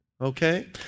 okay